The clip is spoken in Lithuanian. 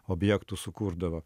objektų sukurdavo